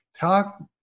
Talk